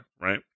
right